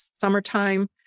summertime